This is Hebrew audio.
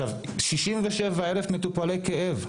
67,000 מטופלי כאב.